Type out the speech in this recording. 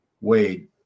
Wade